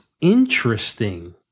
interesting